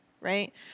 right